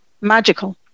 magical